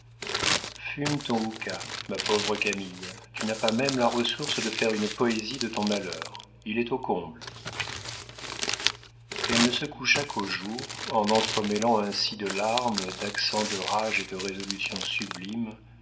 ton houka ma pauvre camille tu n'as pas même la ressource de faire une poésie de ton malheur il est au comble elle ne se coucha qu'au jour en entremêlant ainsi de larmes d'accents de rage et de résolutions sublimes